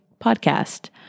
podcast